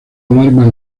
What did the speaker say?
alarma